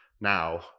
now